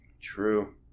True